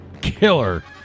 killer